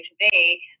today